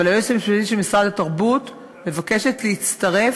אבל היועצת המשפטית של משרד התרבות מבקשת להצטרף